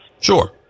Sure